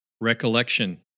Recollection